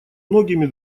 многими